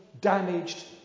damaged